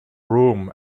room